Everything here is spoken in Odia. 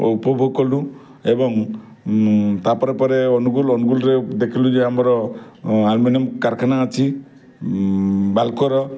ଓ ଉପଭୋଗ କଲୁ ଏବଂ ତାପରେ ପରେ ଅନୁଗୁଲ୍ ଅନୁଗୁଲ୍ ରେ ଦେଖିଲୁ ଯେ ଆମର ଆଲୁମିନିୟମ କାରଖାନା ଅଛି ନାଲ୍କୋର